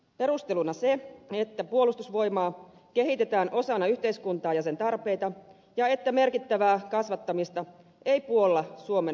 perusteluna oli se että puolustusvoimaa kehitetään osana yhteiskuntaa ja sen tarpeita ja että merkittävää kasvattamista ei puolla suomen vakaa turvallisuusympäristö